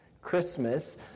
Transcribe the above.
Christmas